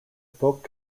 folk